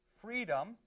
freedom